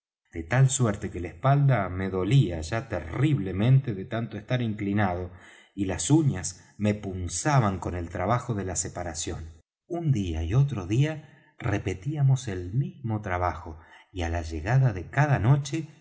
de tal suerte que la espalda me dolía ya terriblemente de tanto estar inclinado y las uñas me punzaban con el trabajo de la separación un día y otro día repetíamos el mismo trabajo y á la llegada de cada noche